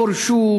גורשו,